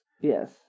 Yes